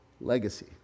legacy